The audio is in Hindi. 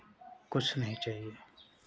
कुछ नहीं चाहिए